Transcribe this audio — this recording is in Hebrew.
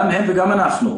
גם הם וגם אנחנו,